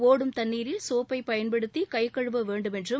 ஒடும் தண்ணீரில் சோப்பை பயன்படுத்தி கை கழுவ வேண்டும் என்றும்